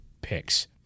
picks